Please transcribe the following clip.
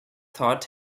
thought